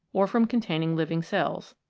or from containing living cells.